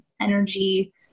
energy